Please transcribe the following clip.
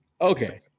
Okay